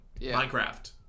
Minecraft